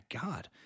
God